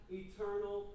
eternal